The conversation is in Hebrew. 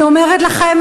אני אומרת לכם,